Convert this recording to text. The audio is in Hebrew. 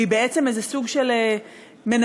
והיא באיזשהו סוג של מנווט,